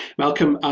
malcolm,